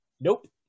Nope